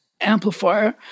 amplifier